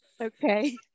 Okay